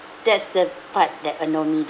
that's the part that annoy me